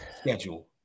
schedule